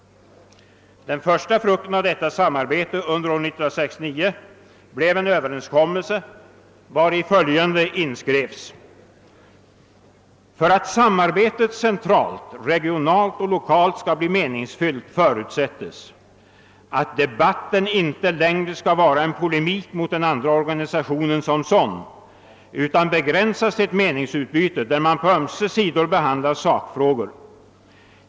Den första frukten av detta samarbete under år 1969 blev en överenskommelse, vari följande inskrevs: »För att samarbetet centralt, regionalt och lokalt ska bli meningsfyllt förutsättes, att debatten inte längre ska vara en polemik mot den andra organisationen som sådan utan begränsas till ett meningsutbyte, där man på ömse sidor behandlar sakfrågor.